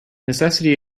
necessity